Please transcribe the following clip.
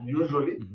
usually